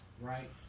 right